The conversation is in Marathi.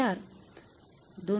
४ २